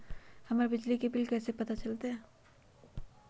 हमर बिजली के बिल कैसे पता चलतै?